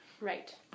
right